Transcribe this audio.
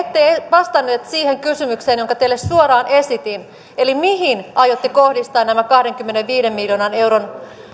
vastannut siihen kysymykseen jonka teille suoraan esitin mihin aiotte kohdistaa nämä kahdenkymmenenviiden miljoonan euron